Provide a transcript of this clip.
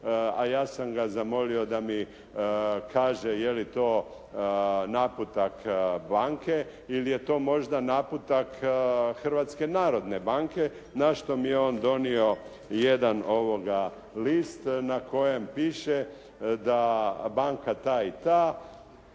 A ja sam ga zamolio da mi kaže je li to naputak banke ili je to možda naputak Hrvatske narodne banke na što mi je on donio jedan list na kojem piše da banka ta i ta